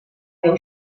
meu